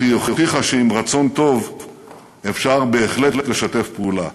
אך היא הוכיחה שעם רצון טוב אפשר בהחלט לשתף פעולה.